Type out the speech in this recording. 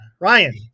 Ryan